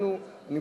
נא לסיים.